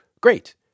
great